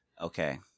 Okay